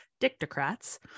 dictocrats